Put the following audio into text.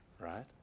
right